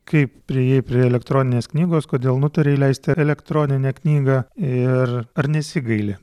kaip priėjai prie elektroninės knygos kodėl nutarei leisti elektroninę knygą ir ar nesigaili